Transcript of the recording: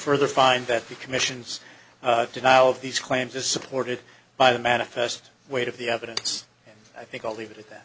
further find that the commission's denial of these claims is supported by the manifest weight of the evidence i think i'll leave it at that